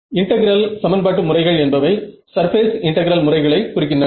integral சமன்பாட்டு முறைகள் என்பவை சர்பேஸ் இன்டெகிரல் முறைகளை குறிக்கின்றன